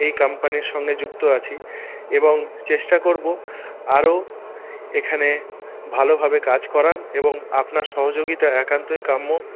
এই কম্পানির সঙ্গে যুক্ত আছি এবং চেষ্টা করব আরও এখানে ভালোভাবে কাজ করার এবং আপনার সহযোগিতা একান্তই কাম্য